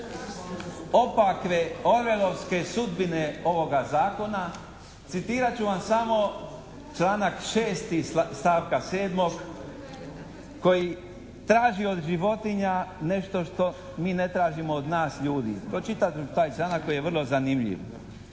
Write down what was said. opake orwelovske sudbine ovoga zakona citirat ću vam samo članak 6. stavka 7. koji traži od životinja nešto što mi ne tražimo od nas ljudi. Pročitat ću taj članak koji je vrlo zanimljiv.